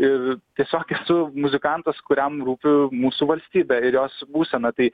ir tiesiog esu muzikantas kuriam rūpi mūsų valstybė ir jos būsena tai